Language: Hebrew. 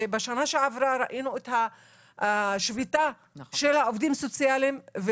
ובשנה שעברה ראינו את השביתה של העובדים הסוציאליים.